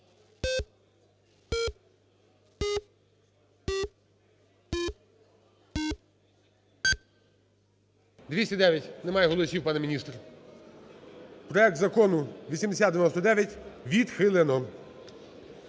За-209 Немає голосів, пане міністр. Проект Закону 8099 відхилено.